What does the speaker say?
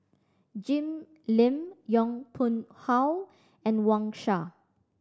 Jim Lim Yong Pung How and Wang Sha